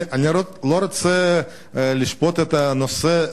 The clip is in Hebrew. אני לא רוצה לשפוט את הנושא,